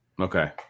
Okay